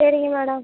சரிங்க மேடம்